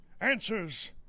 answers